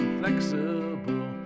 flexible